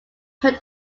heard